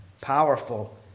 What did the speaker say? Powerful